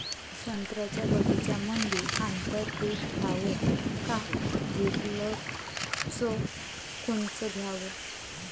संत्र्याच्या बगीच्यामंदी आंतर पीक घ्याव का घेतलं च कोनचं घ्याव?